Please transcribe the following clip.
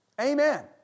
Amen